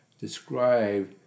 describe